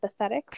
empathetic